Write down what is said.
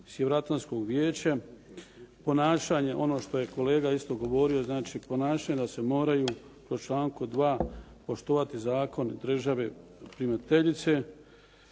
Sjevernoatlantskog vijeća. Ponašanje ono što je kolega isto govorio. Ponašanje da se moraju po članku 2. poštovati zakoni države primateljice